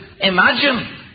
imagine